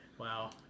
Wow